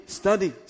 study